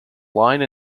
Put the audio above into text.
line